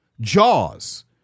Jaws